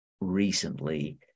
recently